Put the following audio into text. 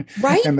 Right